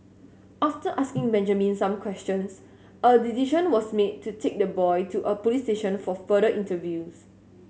after asking Benjamin some questions a decision was made to take the boy to a police station for further interviews